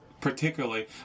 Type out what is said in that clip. particularly